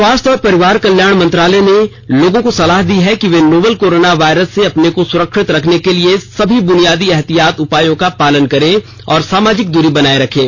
स्वास्थ्य और परिवार कल्याण मंत्रालय ने लोगों को सलाह दी है कि वे नोवल कोरोना वायरस से अपने को सुरक्षित रखने के लिए सभी बुनियादी एहतियाती उपायों का पालन करें और सामाजिक दूरी बनाए रखें